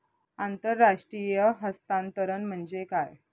आंतरराष्ट्रीय हस्तांतरण म्हणजे काय?